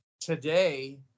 Today